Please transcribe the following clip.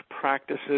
practices